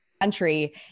country